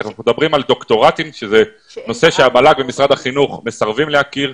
אנחנו מדברים על דוקטורטים שזה נושא שהמל"ג ומשרד החינוך מסרבים להכיר.